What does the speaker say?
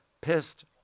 pissed